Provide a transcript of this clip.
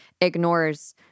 ignores